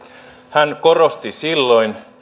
hän korosti silloin